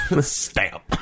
Stamp